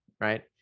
right